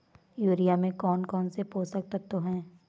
Urea में कौन कौन से पोषक तत्व है?